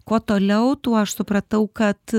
kuo toliau tuo aš supratau kad